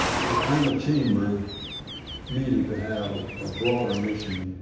the atlanta chamber needed to have a broader mission